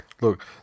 Look